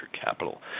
capital